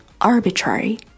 arbitrary